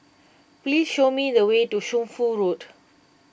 please show me the way to Shunfu Road